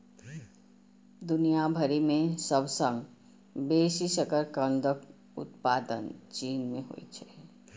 दुनिया भरि मे सबसं बेसी शकरकंदक उत्पादन चीन मे होइ छै